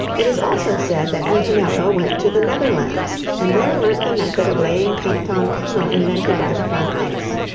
it is also said that antonello went to the netherlands and there learnt the method of laying paint on panel invented by the van eycks.